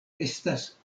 estas